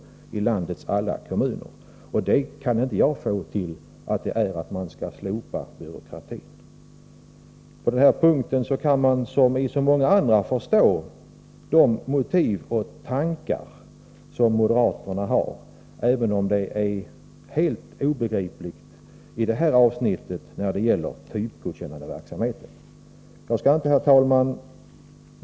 Jag kan inte inse att det skulle vara detsamma som att slopa byråkratin. På den punkten, liksom på så många andra punkter, kan man förstå de motiv och tankar som moderaterna har — även om de är helt obegripliga när det gäller typgodkännandeverksamheten. Herr talman!